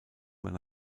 man